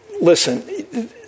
listen